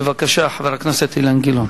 בבקשה, חבר הכנסת אילן גילאון.